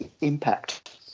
impact